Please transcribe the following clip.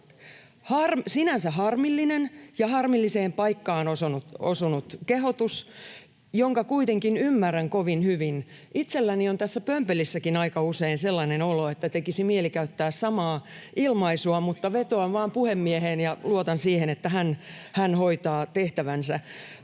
sinänsä harmillinen ja harmilliseen paikkaan osunut kehotus, jonka kuitenkin ymmärrän kovin hyvin. Itselläni on tässä pömpelissäkin aika usein sellainen olo, että tekisi mieli käyttää samaa ilmaisua, mutta vetoan vain puhemieheen ja luotan siihen, että hän hoitaa tehtävänsä.